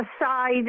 aside